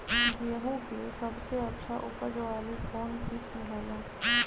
गेंहू के सबसे अच्छा उपज वाली कौन किस्म हो ला?